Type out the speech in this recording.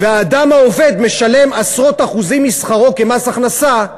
והאדם העובד משלם עשרות אחוזים משכרו כמס הכנסה,